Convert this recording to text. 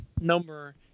number